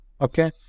okay